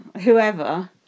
whoever